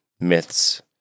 myths